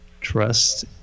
Trust